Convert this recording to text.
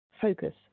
Focus